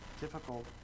difficult